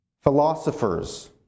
philosophers